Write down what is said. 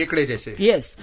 Yes